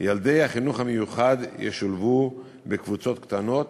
ילדי החינוך המיוחד ישולבו בקבוצות קטנות